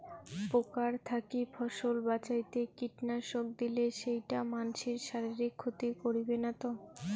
পোকার থাকি ফসল বাঁচাইতে কীটনাশক দিলে সেইটা মানসির শারীরিক ক্ষতি করিবে না তো?